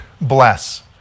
bless